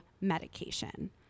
medication